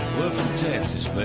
we're from texas, but